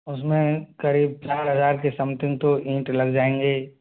उसमें करीब चार हजार के समथिंग तो ईंट लग जाएंगे